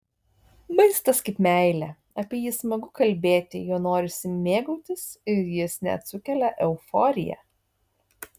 maistas kaip meilė apie jį smagu kalbėti juo norisi mėgautis ir jis net sukelia euforiją